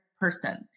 person